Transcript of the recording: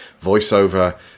voiceover